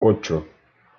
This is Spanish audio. ocho